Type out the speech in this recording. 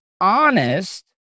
honest